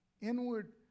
inward